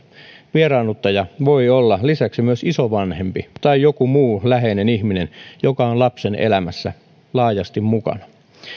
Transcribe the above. vieraannuttaja voi olla lisäksi myös isovanhempi tai joku muu läheinen ihminen joka on lapsen elämässä laajasti mukana